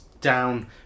down